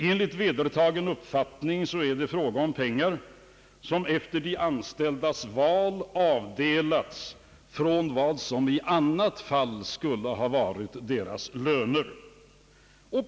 Enligt vedertagen uppfattning är det fråga om pengar som efter de anställdas val avdelats från vad som i annat fall skulle ha varit medel till deras löner.